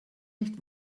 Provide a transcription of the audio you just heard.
nicht